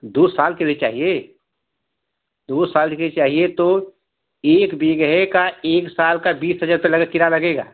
दो साल के लिये चाहिये दो साल के चाहिये तो एक बीघे का एक साल का बीस हजार रुपये नगद किराया लगेगा